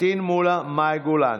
פטין מולא ומאי גולן,